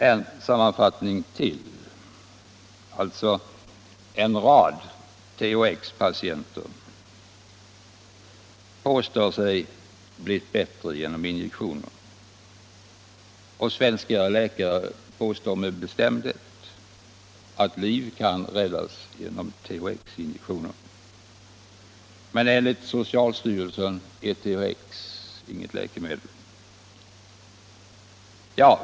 En sammanfattning till: En rad THX-patienter påstår sig ha blivit bättre genom injektioner, och svenska läkare påstår med bestämdhet att liv kan räddas genom THX-injektioner. Men enligt socialstyrelsen är THX-preparatet inget läkemedel.